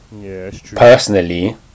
personally